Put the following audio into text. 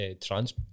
trans